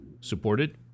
supported